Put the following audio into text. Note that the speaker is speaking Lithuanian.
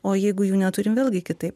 o jeigu jų neturim vėlgi kitaip